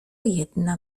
jedna